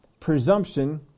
Presumption